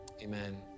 Amen